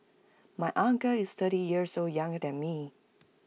my uncle is thirty years old young than me